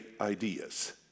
ideas